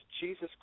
Jesus